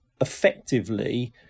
effectively